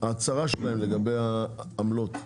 ההצהרה שלהם לגבי העמלות,